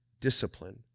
discipline